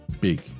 Big